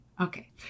Okay